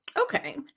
Okay